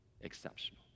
Exceptional